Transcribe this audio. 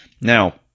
Now